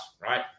right